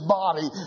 body